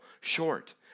short